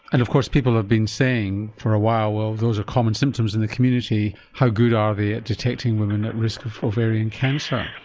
and of course people have been saying for a while well those are common symptoms in the community how good are they at detecting women at risk of ovarian cancer?